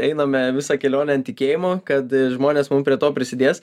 einame visą kelionę an tikėjimo kad žmonės mum prie to prisidės